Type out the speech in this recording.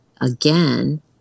again